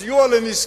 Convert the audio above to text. היום, זאב